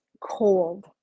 cold